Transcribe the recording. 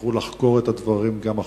יצטרכו לחקור את הדברים גם אחורנית.